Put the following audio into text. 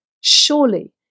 Surely